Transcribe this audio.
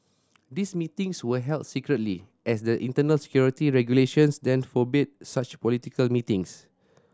these meetings were held secretly as the internal security regulations then forbade such political meetings